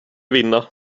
vinna